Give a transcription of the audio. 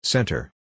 Center